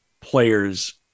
players